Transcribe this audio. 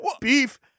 Beef